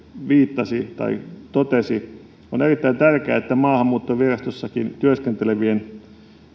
totesi että maahanmuuttovirastossakin työskentelevien